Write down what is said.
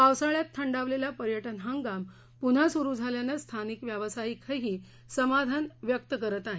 पावसाळ्यात थंडावलेला पर्यटन हंगाम पुन्हा सुरू झाल्यानं स्थानिक व्यावसायिकही समाधन व्यक्त करत आहे